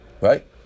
right